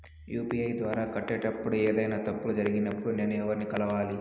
UPI ద్వారా కట్టేటప్పుడు ఏదైనా తప్పులు జరిగినప్పుడు నేను ఎవర్ని కలవాలి?